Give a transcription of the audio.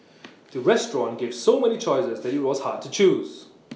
the restaurant gave so many choices that IT was hard to choose